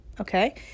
okay